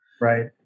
right